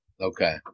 Okay